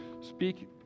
speak